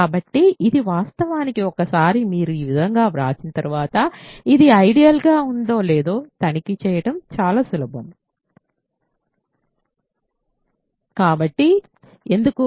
కాబట్టి వాస్తవానికి ఒకసారి మీరు ఈ విధంగా వ్రాసిన తర్వాత ఇది ఐడియల్ గా ఉందో లేదో తనిఖీ చేయడం చాలా సులభం కాబట్టి ఎందుకు